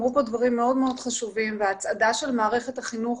אמרו פה דברים מאוד חשובים והצעדה של מערכת החינוך